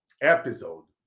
episode